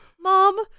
Mom